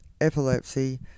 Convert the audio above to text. epilepsy